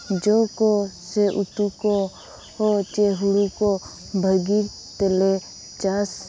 ᱡᱚ ᱠᱚ ᱥᱮ ᱩᱛᱩ ᱠᱚ ᱠᱚ ᱥᱮ ᱦᱩᱲᱩ ᱠᱚ ᱵᱷᱟᱹᱜᱤ ᱛᱮᱞᱮ ᱪᱟᱥ